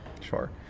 Sure